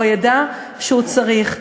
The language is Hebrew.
או הוא ידע שהוא יקבל את הטיפול שהוא צריך.